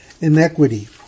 inequity